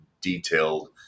detailed